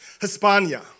Hispania